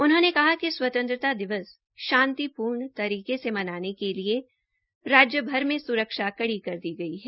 उन्होंने कहा कि स्वतंत्रता दिवस शांतिपूर्ण तरीके से मनाने के लिए राज्यभर में सुरक्षा कड़ी कर दी गई है